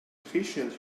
efficient